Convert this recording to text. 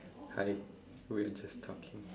hi we are just talking